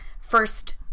First